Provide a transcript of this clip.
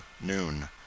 noon